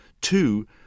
Two